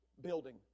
building